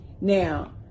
Now